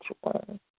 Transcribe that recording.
one